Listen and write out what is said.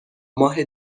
ماه